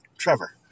Trevor